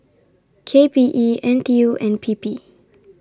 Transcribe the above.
K P E N T U and P P